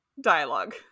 dialogue